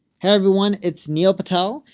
hey everyone, it's neil patel.